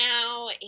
now